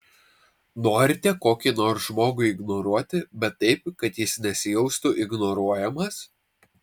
norite kokį nors žmogų ignoruoti bet taip kad jis nesijaustų ignoruojamas